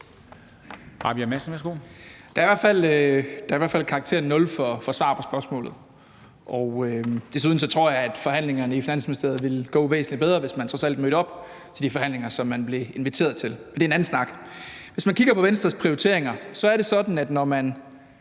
Der er i hvert fald karakteren 0 for svar på spørgsmålet. Desuden tror jeg, at forhandlingerne i Finansministeriet ville gå væsentlig bedre, hvis man trods alt møder op til de forhandlinger, som man bliver inviteret til. Men det er en anden snak. Hvis man kigger på Venstres prioriteringer, er det sådan, at når man